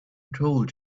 told